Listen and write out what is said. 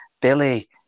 Billy